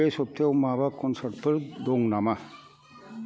बे सप्तायाव माबा कन्सार्तफोर दं नामा